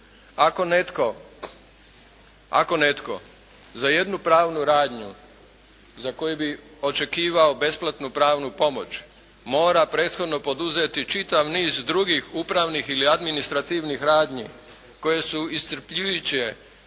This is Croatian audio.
ako netko za jednu pravnu radnju za koju bi očekivao besplatnu pravnu pomoć mora prethodno poduzeti čitav niz drugih upravnih ili administrativnih radnji koje su iscrpljujuće,